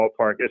ballpark